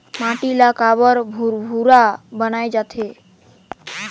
माटी ला काबर भुरभुरा बनाय जाथे?